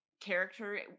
character